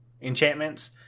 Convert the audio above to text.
enchantments